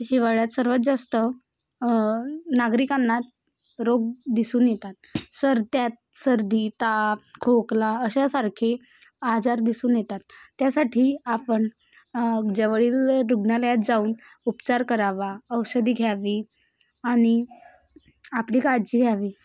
हिवाळ्यात सर्वात जास्त नागरिकांना रोग दिसून येतात सर् त्यात सर्दी ताप खोकला अशासारखे आजार दिसून येतात त्यासाठी आपण जवळील रुग्णालयात जाऊन उपचार करावा औषधी घ्यावी आणि आपली काळजी घ्यावी